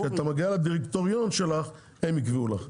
כשאת מגיעה לדירקטוריון שלך, הם יקבעו לך.